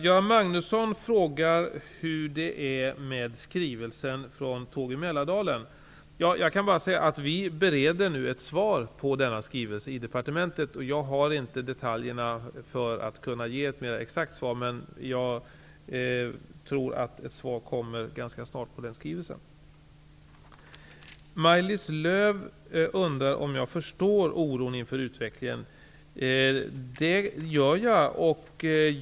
Göran Magnusson frågade hur det är med skrivelsen från Tåg i Mälardalen. Vi bereder nu ett svar på denna skrivelse i departementet. Jag har inte detaljerna för att kunna ge ett mera exakt svar. Jag tror att ett svar på den skrivelsen kommer ganska snart. Maj-Lis Lööw undrar om jag förstår oron inför utvecklingen. Jag gör det.